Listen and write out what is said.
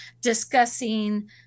discussing